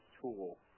tool